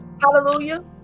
hallelujah